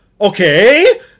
okay